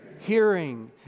Hearing